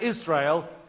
Israel